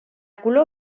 color